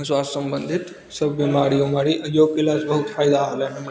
स्वास्थ सम्बन्धित सब बीमारी उमारी जोग कयलासँ बहुत फायदा होलय हमरा